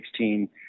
2016